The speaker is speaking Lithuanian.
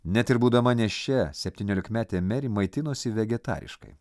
net ir būdama nėščia septyniolikmetė meri maitinosi vegetariškai